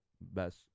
best